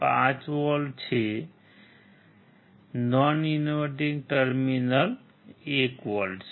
5 volt છે non inverting terminal 1 volt છે